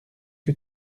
que